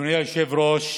אדוני היושב-ראש,